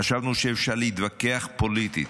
חשבנו שאפשר להתווכח פוליטית,